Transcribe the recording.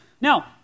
Now